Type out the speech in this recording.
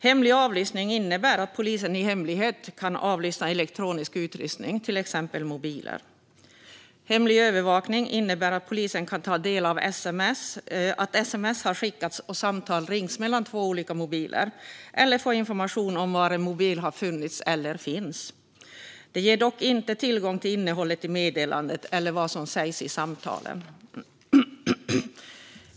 Hemlig avlyssning innebär att polisen i hemlighet kan avlyssna elektronisk utrustning, till exempel mobiler. Hemlig övervakning innebär att polisen kan ta del av sms som skickats och samtal som ringts mellan två olika mobiler eller få information om var en mobil har funnits eller finns. Det ger dock inte tillgång till innehållet i meddelandet eller vad som sagts i samtalen.